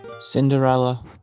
Cinderella